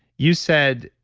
you said,